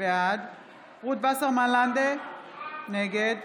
בעד רות וסרמן לנדה, נגד